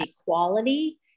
equality